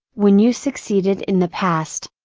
when you succeeded in the past.